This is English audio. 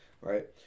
Right